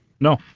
No